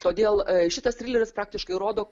todėl šitas trileris praktiškai rodo